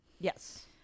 Yes